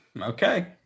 Okay